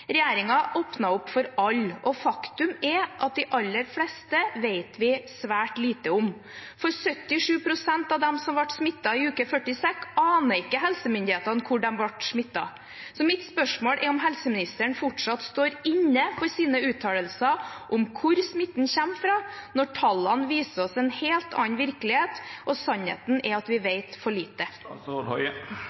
opp for alle, og faktum er at de aller fleste vet vi svært lite om. For 77 pst. av dem som ble smittet i uke 46, aner ikke helsemyndighetene hvor de ble smittet. Mitt spørsmål er om helseministeren fortsatt står inne for sine uttalelser om hvor smitten kommer fra, når tallene viser oss en helt annen virkelighet, og sannheten er at vi vet for lite.